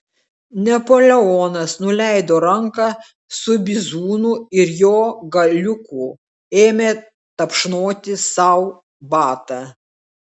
napoleonas nuleido ranką su bizūnu ir jo galiuku ėmė tapšnoti sau batą